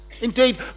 Indeed